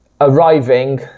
arriving